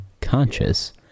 conscious